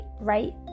right